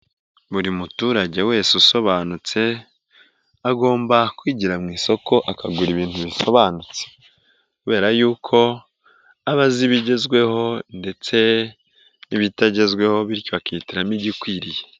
Buri muturage wese usobanutse, agomba kwigira mu isoko akagura ibintu bisobanutse, kubera yuko aba azi ibigezweho ndetse n'ibitagezweho bityo akitiramo igikwiriye.